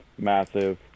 Massive